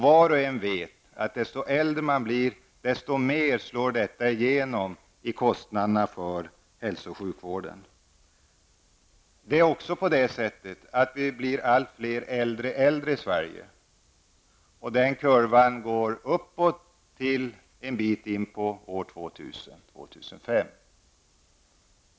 Var och en vet att ju äldre människor blir, desto mer slår detta igenom på kostnaderna för hälso och sjukvården. Vi får dessutom allt fler äldre äldre i Sverige. Den kurvan pekar uppåt till en bit in på 2000-talet, till omkring år 2005.